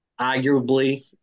arguably